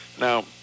Now